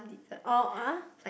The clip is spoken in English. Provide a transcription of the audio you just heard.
oh ah